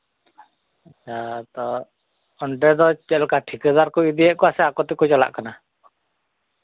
ᱮ ᱛᱚ ᱚᱱᱛᱮ ᱫᱚ ᱪᱮᱫ ᱞᱮᱠᱟ ᱴᱷᱤᱠᱟᱹᱫᱟᱨ ᱠᱚ ᱤᱫᱤᱭᱮᱫ ᱠᱚᱣᱟ ᱥᱮ ᱟᱠᱚ ᱛᱮᱠᱚ ᱪᱟᱞᱟᱜ ᱠᱟᱱᱟ